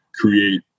create